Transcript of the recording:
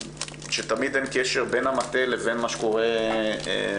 שתמיד אין קשר בין המטה לבין מה שקורה בשטח.